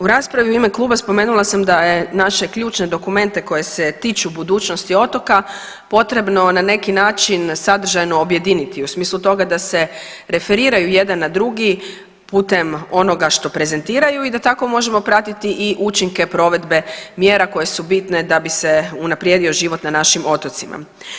U raspravi u ime kluba spomenula sam da je naše ključne dokumente koje se tiču budućnosti otoka potrebno na neki način sadržajno objediniti u smislu toga da se referiraju jedan na drugi putem onoga što prezentiraju i da tako možemo pratiti i učinke provedbe mjera koje su bitne da bi se unaprijedio život na našim otocima.